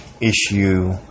issue